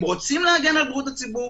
אם רוצים להגן על בריאות הציבור,